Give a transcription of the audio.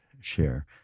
share